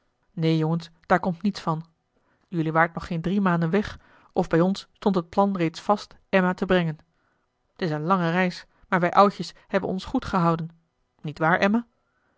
neen jongens daar komt niets van jullie waart nog geen drie maanden weg of bij ons stond het plan reeds vast emma te brengen t is een lange reis maar wij oudjes hebben ons goed gehouden niet waar emma